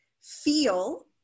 feel